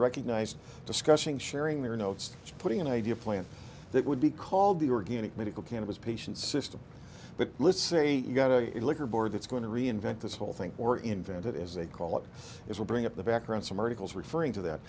recognized discussing sharing their notes putting an idea a plan that would be called the organic medical cannabis patient system but let's say you've got to get liquor board that's going to reinvent this whole thing or invent it as they call it it will bring up the background some articles referring to that